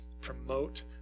promote